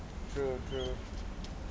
true true